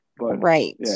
Right